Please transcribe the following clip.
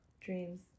dreams